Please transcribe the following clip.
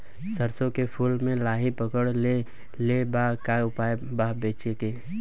सरसों के फूल मे लाहि पकड़ ले ले बा का उपाय बा बचेके?